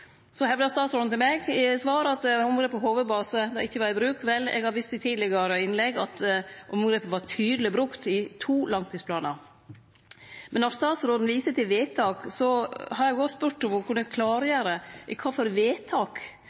Så hevdar statsråden i svar til meg at omgrepet hovedbase ikkje var i bruk. Vel, eg har vist i tidlegare innlegg at omgrepet var tydeleg brukt i to langtidsplanar. Når statsråden viser til vedtak, har eg òg spurt om ho kunne klargjere i kva for vedtak